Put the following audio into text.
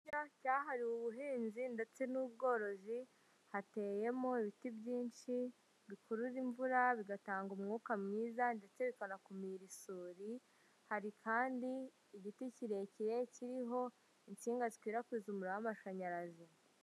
Igice cyahariwe ubuhinzi ndetse n'ubworozi, hateyemo ibiti byinshi bikurura imvura, bigatanga umwuka mwiza ndetse bikanakumira isuri, hari kandi igiti kirekire kiriho insinga zikwirakwiza umuriro w'amashanyarazi.